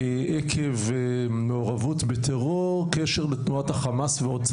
עקב מעורבות בטרור, קשר לתנועת החמאס, ועוד.